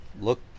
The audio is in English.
Look